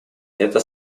это